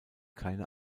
keine